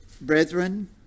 brethren